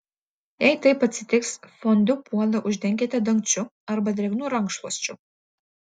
jei taip atsitiks fondiu puodą uždenkite dangčiu arba drėgnu rankšluosčiu